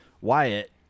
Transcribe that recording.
Wyatt